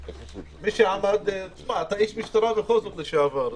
הוא איש משטרה בכל זאת לשעבר.